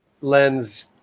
lens